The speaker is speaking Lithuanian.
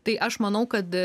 tai aš manau kad